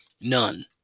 None